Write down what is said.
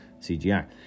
CGI